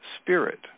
spirit